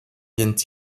viennent